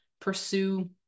pursue